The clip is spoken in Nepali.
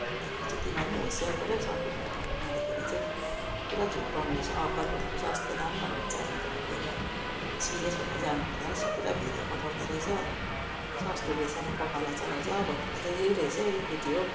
अन्तखेरि चाहिँ तिमीहरू होसियार गर है सपिङहरू गर्नु जाँदाखेरि चाहिँ पुरा झुक्याउने रहेछ अफर भनेर सस्तो दाम भनेर चाहिँ हामी झुक्किएर सिरियस भएर जानु हुँदैन रहेछ पुरा भिडाइ पठाउँदा रहेछ सस्तो बेसारले पखाला चलाउँछ भनेको चाहिँ यही रहेछ है केटी हो